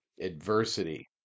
Adversity